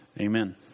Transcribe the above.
Amen